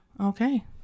Okay